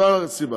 זה הסיבה.